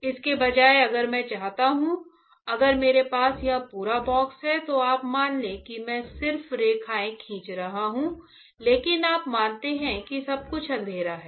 इसके बजाय अगर मैं चाहता हूं कि अगर मेरे पास यह पूरा बॉक्स है तो आप मान लें कि मैं सिर्फ रेखाएं खींच रहा हूं लेकिन आप मानते हैं कि सब कुछ अंधेरा है